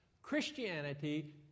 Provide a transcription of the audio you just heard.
Christianity